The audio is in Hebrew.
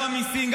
גם המיסים,